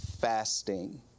fasting